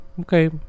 Okay